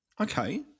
Okay